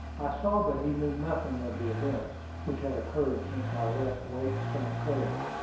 i saw that he knew nothing of the events which had occurred since i left lake st. clair.